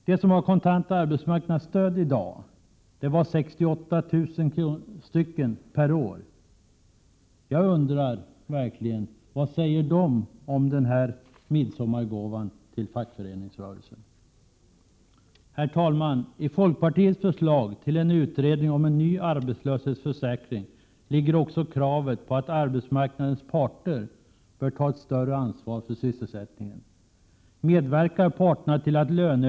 De som har kontant arbetsmarknadsstöd är 68 000 per år. Jag undrar verkligen vad de säger om midsommargåvan till fackföreningsrörelsen. Herr talman! I folkpartiets förslag om en utredning om en ny arbetslöshetsförsäkring ligger också kravet på att arbetsmarknadens parter bör ta ett större ansvar för sysselsättningen. Medverkar parterna till att löneökningar Prot.